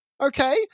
Okay